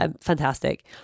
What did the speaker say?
Fantastic